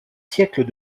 siècles